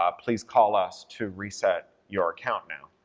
ah please call us to reset your account now,